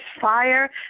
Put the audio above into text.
fire